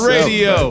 Radio